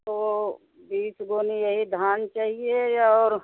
वो बीस बोरी यही धान चाहिए और